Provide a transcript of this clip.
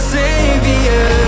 savior